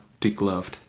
degloved